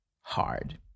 hard